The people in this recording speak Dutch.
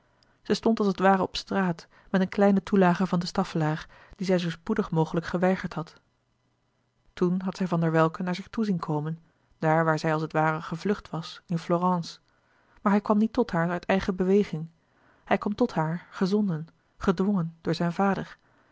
zij stond als het ware op straat met een kleine toelage van de staffelaer louis couperus de boeken der kleine zielen die zij zoo spoedig mogelijk geweigerd had toen had zij van der welcke naar zich toe zien komen daar waar zij als het ware gevlucht was in florence maar hij kwam niet tot haar uit eigen beweging hij kwam tot haar gezonden gedwongen door zijn vader